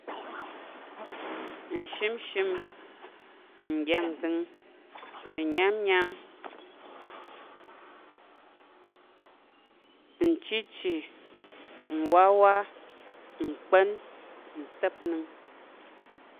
Nyshimshim, nɗyang ndəng, nyam nyam, nchichi, nwawa, nkpá̱n. ntep nəng